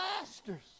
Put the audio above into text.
masters